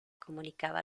comunicaba